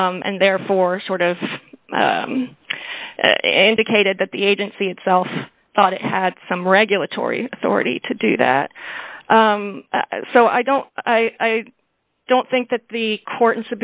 and therefore sort of indicated that the agency itself thought it had some regulatory authority to do that so i don't i don't think that the court